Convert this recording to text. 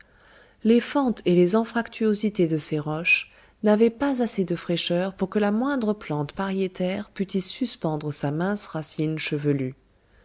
les fentes et les anfractuosités de ces roches n'avaient pas assez de fraîcheur pour que la moindre plante pariétaire pût y suspendre sa mince racine chevelue